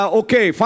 okay